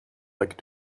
like